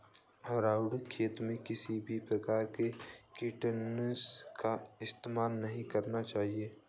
रोहण खेत में किसी भी प्रकार के कीटनाशी का इस्तेमाल नहीं करना चाहता है